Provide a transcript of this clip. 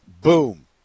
boom